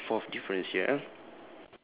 okay it's fourth difference here